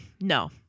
No